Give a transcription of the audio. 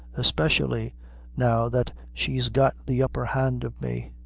espeshially now that she's got the upper hand of me.